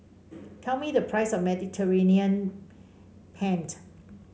tell me the price of Mediterranean Paint